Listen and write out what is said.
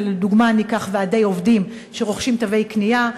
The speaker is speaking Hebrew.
ולדוגמה אני אקח ועדי עובדים שרוכשים תווי קנייה.